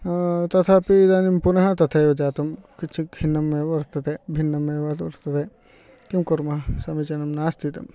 तथापि इदानीं पुनः तथैव जातं किञ्चित् भिन्नम् एव वर्तते भिन्नम् एव वर्तते किं कुर्मः समीचीनं नास्ति इदम्